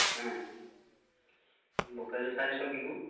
local চাৰিশ kilo